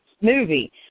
movie